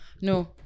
No